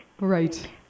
Right